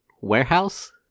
warehouse